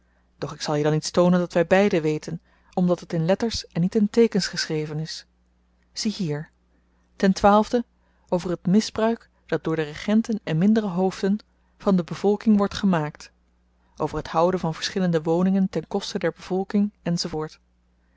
doch ik zal je dan iets tonen dat wy beiden weten omdat het in letters en niet in teekens geschreven is ziehier tende over het misbruik dat door de regenten en mindere hoofden van de bevolking wordt gemaakt over het houden van verschillende woningen ten koste der bevolking